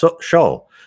show